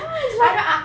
ya it's like